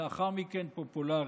ולאחר מכן, פופולרי.